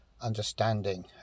understanding